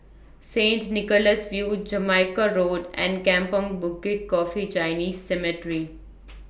Saint Nicholas View Jamaica Road and Kampong Bukit Coffee Chinese Cemetery